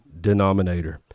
denominator